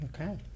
okay